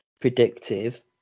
predictive